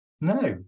no